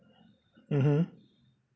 mmhmm